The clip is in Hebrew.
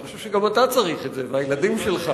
אני חושב שגם אתה והילדים שלך